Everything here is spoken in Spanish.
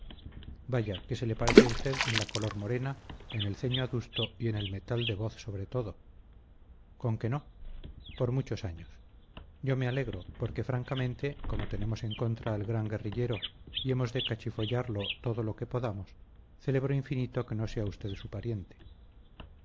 vaya que se le parece a usted en la color morena en el ceño adusto y en el metal de voz sobre todo conque no por muchos años yo me alegro porque francamente como tenemos en contra al gran guerrillero y hemos de cachifollarlo todo lo que podamos celebro infinito que no sea usted su pariente